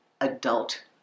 adult